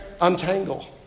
untangle